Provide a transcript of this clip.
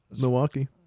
Milwaukee